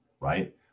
right